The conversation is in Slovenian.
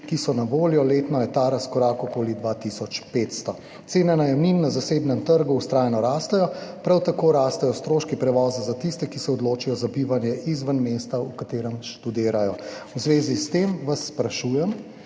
ki so na voljo. Letno je ta razkorak okoli 2 tisoč 500. Cene najemnin na zasebnem trgu vztrajno rastejo, prav tako rastejo stroški prevoza za tiste, ki se odločijo za bivanje izven mesta, v katerem študirajo. V zvezi s tem vas sprašujem: